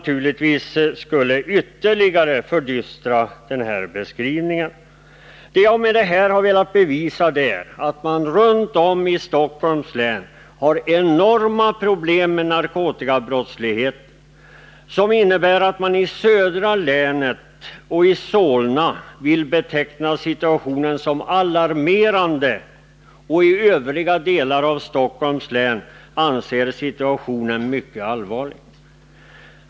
Tar vi hänsyn till förhållandena i innerstaden, blir naturligtvis bilden ännu dystrare. Jag har med detta velat bevisa att man runt om i Stockholms län har sådana enorma problem med narkotikabrottsligheten, att man vill beteckna situationen i södra delen av länet och i Solna som alarmerande och i övriga delar av Stockholms län som mycket allvarlig.